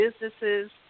businesses